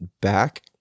back